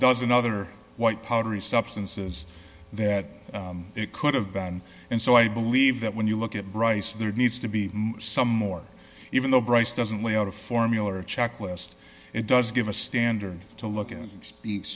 dozen other white powdery substance is that it could have been and so i believe that when you look at bryce there needs to be some more even though bryce doesn't lay out a formular checklist it does give a standard to look